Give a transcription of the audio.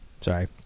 Sorry